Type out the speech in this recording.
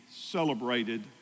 celebrated